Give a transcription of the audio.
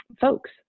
folks